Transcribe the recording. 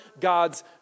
God's